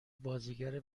بازیگر